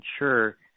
ensure